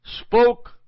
spoke